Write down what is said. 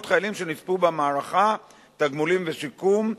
חיילים שנספו במערכה (תגמולים ושיקום),